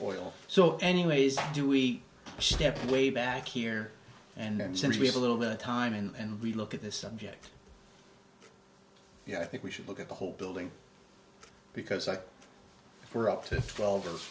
oil so anyways do we step way back here and since we have a little bit of time and we look at this subject you know i think we should look at the whole building because like we're up to twelve